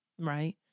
Right